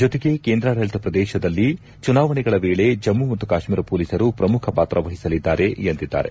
ಜತೆಗೆ ಕೇಂದ್ರಾಡಳಿತ ಪ್ರದೇಶದಲ್ಲಿ ಚುನಾವಣೆಗಳ ವೇಳೆ ಜಮ್ಮ ಮತ್ತು ಕಾಶ್ಮೀರ ಪೊಲೀಸರು ಪ್ರಮುಖ ಪಾತ್ರವಹಿಸಲಿದ್ದಾರೆ ಎಂದಿದ್ದಾರೆ